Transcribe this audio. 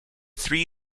three